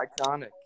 iconic